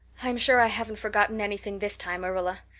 i'm sure i haven't forgotten anything this time, marilla.